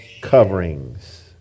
coverings